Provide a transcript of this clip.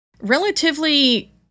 relatively